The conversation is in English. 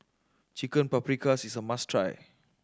Chicken Paprikas is a must try